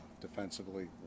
defensively